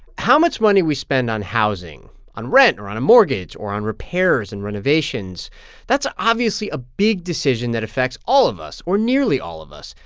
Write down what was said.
how much money we spend on housing on rent or on a mortgage or on repairs and renovations that's obviously a big decision that affects all of us, or nearly all of us.